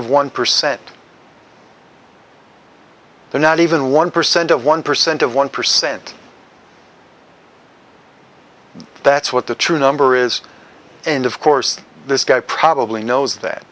of one percent they're not even one percent of one percent of one percent that's what the true number is and of course this guy probably knows that